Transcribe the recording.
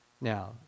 Now